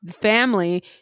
family